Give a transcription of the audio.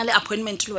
appointment